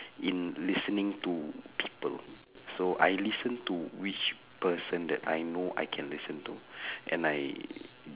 in listening to people so I listen to which person that I know I can listen to and I